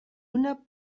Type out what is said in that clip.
una